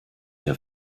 der